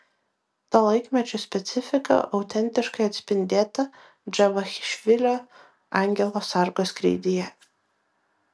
to laikmečio specifika autentiškai atspindėta džavachišvilio angelo sargo skrydyje